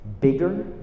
bigger